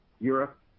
Europe